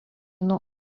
nuo